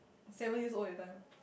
seven years old that time